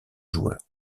joueur